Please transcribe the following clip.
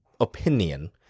opinion